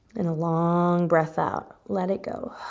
and a long breath out, let it go.